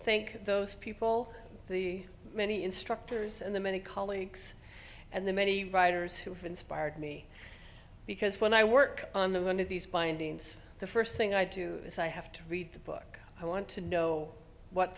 thank those people the many instructors and the many colleagues and the many writers who've inspired me because when i work on the one of these findings the first thing i do is i have to read the book i want to know what